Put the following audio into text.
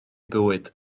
bywyd